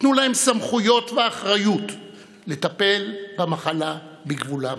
תנו להם סמכויות ואחריות לטפל במחלה בגבולם.